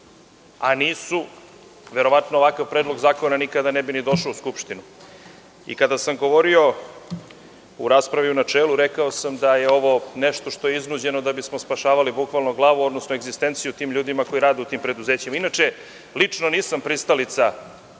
a nisu, verovatno ovakav predlog zakona nikada ne bi došao u Skupštinu. Kada sam govorio u raspravi u načelu, rekao sam da je ovo nešto što je iznuđeno da bismo spašavali glavu, odnosno egzistenciju tim ljudima koji rade u tim preduzećima. Inače, nisam pristalica